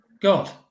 God